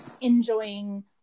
enjoying